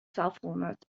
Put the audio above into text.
twaalfhonderd